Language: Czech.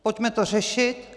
Pojďme to řešit.